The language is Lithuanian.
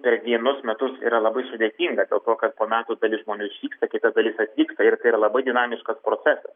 per vienus metus yra labai sudėtinga dėl to kad po metų dalis žmonių išvyksta dalis atvyksta ir tai yra labai dinamiškas procesas